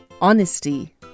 honesty